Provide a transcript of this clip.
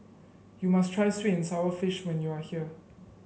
you must try sweet and sour fish when you are here